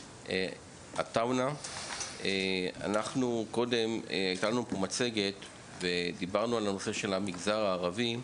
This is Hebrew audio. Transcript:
אנחנו קודם ראינו פה מצגת ודיברנו על הנושא של החברה הערבית.